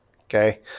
Okay